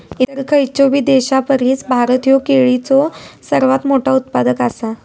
इतर खयचोबी देशापरिस भारत ह्यो केळीचो सर्वात मोठा उत्पादक आसा